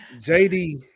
JD